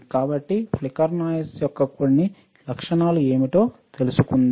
కాబట్టి flicker noise యొక్క కొన్ని లక్షణాలు ఏమిటో తెలుసుకుందాం